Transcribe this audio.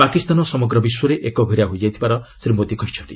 ପାକିସ୍ତାନ ସମଗ୍ର ବିଶ୍ୱରେ ଏକଘରିଆ ହୋଇଯାଇଥିବାର ଶ୍ରୀ ମୋଦି କହିଛନ୍ତି